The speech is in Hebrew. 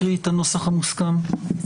הקראי את הנוסח המוסכם ואז נסכם.